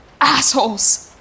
assholes